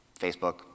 Facebook